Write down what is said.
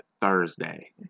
Thursday